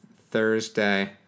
Thursday